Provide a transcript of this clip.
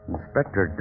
Inspector